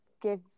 give